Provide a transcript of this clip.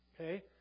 Okay